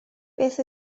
beth